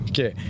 Okay